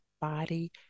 body